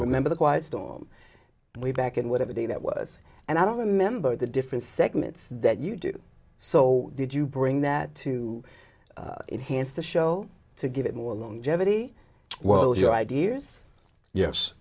remember the quiet storm we back in whatever day that was and i don't remember the different segments that you do so did you bring that to enhance the show to give it more longevity well your ideas yes